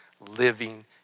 living